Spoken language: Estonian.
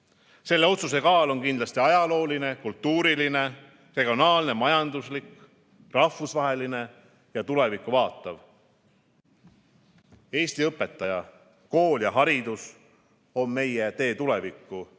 Selle otsuse kaal on kindlasti ajalooline, kultuuriline, regionaalne, majanduslik, rahvusvaheline ja tulevikku vaatav. Eesti õpetaja, kool ja haridus on meie tee tulevikku.